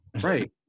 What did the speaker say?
Right